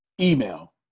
email